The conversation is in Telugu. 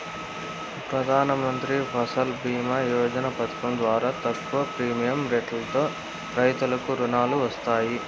ప్రధానమంత్రి ఫసల్ భీమ యోజన పథకం ద్వారా తక్కువ ప్రీమియం రెట్లతో రైతులకు రుణాలు వస్తాయి